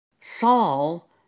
Saul